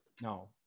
no